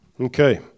Okay